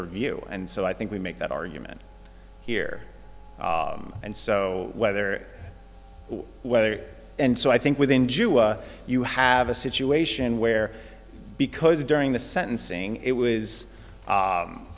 review and so i think we make that argument here and so whether or whether and so i think within jewish you have a situation where because during the sentencing it was